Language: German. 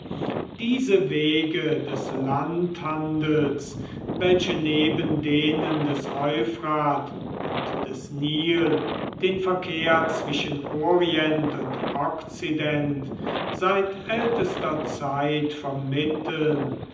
diese wege des landhandels welche neben denen des euphrat und des nil den verkehr zwischen orient und okzident seit ältester zeit vermitteln